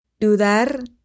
Dudar